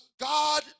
God